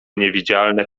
niewidzialne